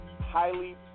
highly